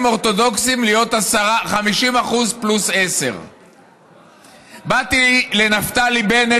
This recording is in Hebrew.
אורתודוקסים להיות 50% פלוס 10. באתי לנפתלי בנט,